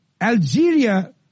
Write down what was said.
Algeria